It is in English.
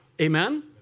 Amen